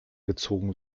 gezogen